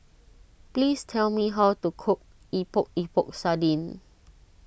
please tell me how to cook Epok Epok Sardin